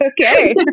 okay